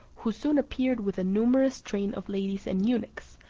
who soon appeared with a numerous train of ladies and eunuchs,